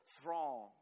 throng